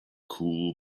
cool